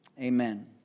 amen